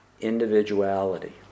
individuality